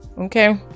Okay